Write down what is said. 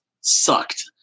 sucked